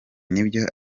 nibyo